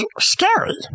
scary